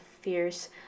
fierce